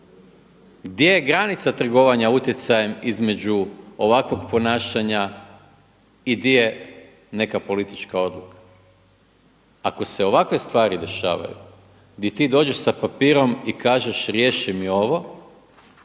Gdje je granica trgovanjem utjecajem između ovakvog ponašanja i gdje je neka politička odluka? Ako se ovakve stvari dešavaju di ti dođeš sa papirom i kažeš riješi mi ovo,